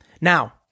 Now